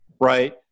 right